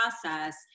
process